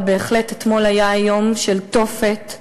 אבל בהחלט היה יום של תופת,